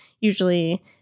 usually